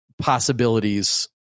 possibilities